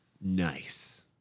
Nice